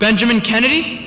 benjamin kennedy